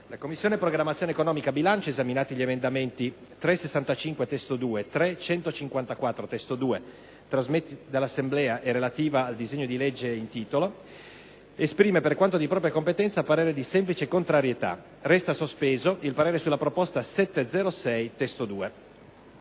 «La Commissione programmazione economica, bilancio, esaminati gli emendamenti 3.65 (testo 2) e 3.154 (testo 2), trasmessi dall'Assemblea e relativi al disegno di legge in titolo, esprime, per quanto di competenza, parere di semplice contrarietà. Resta sospeso il parere sulla proposta 7.0.6 (testo 2)».